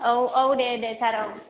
औ औ दे दे सार औ